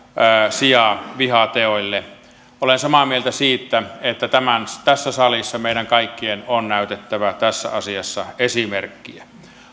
sijaa vihateoille olen samaa mieltä siitä että tässä salissa meidän kaikkien on näytettävä tässä asiassa esimerkkiä